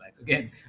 again